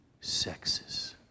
sexes